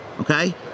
okay